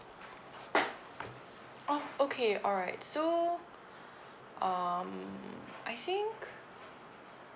oh okay alright so um I think